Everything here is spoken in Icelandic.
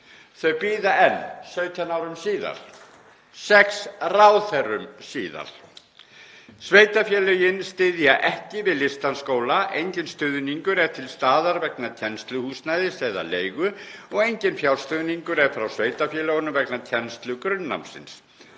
Þau bíða enn 17 árum síðar, sex ráðherrum síðar. Sveitarfélögin styðja ekki við listdansskóla. Enginn stuðningur er til staðar vegna kennsluhúsnæðis eða leigu og enginn fjárstuðningur er frá sveitarfélögunum vegna kennslu grunnnámsins.